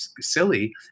silly